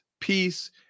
peace